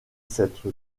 s’être